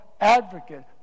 advocate